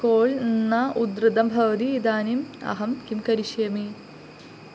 call न उद्दृतं भवति इदानीम् अहं किं करिष्यामि